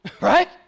Right